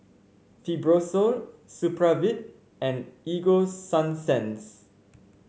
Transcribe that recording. Fibrosol Supravit and Ego Sunsense